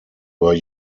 were